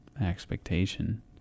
expectation